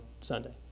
Sunday